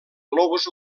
globus